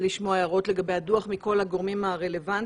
לשמוע הערות לגבי הדוח מכל הגורמים הרלוונטיים.